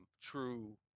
true